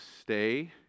stay